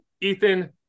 Ethan